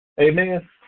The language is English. Amen